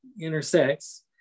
intersects